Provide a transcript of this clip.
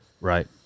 Right